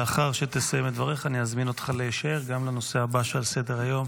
לאחר שתסיים את דבריך אני אזמין אותך להישאר גם לנושא הבא שעל סדר-היום.